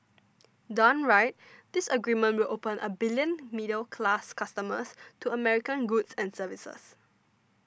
done right this agreement will open a billion middle class customers to American goods and services